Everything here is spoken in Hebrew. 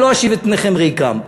אני לא אשיב את פניכם ריקם,